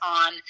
on